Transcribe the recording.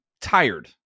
tired